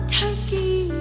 turkey